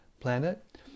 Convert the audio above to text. planet